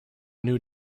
new